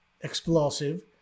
explosive